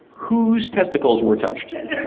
whose testicles were touched? yeah